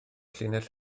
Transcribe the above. llinell